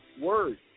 word